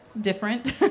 different